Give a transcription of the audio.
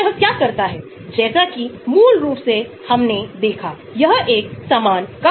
तो यह बड़ा है इसलिए हमारे पास बड़ा R कम दर स्थिर होगा